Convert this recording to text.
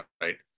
right